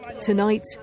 Tonight